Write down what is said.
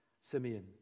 Simeon